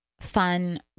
fun